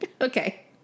Okay